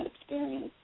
experience